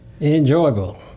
Enjoyable